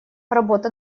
работа